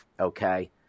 okay